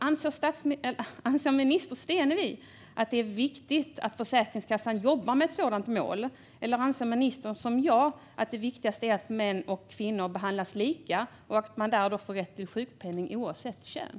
Anser minister Stenevi att det är viktigt att Försäkringskassan jobbar med ett sådant mål, eller anser ministern, som jag, att det viktigaste är att män och kvinnor behandlas lika och att de har rätt till sjukpenning oavsett kön?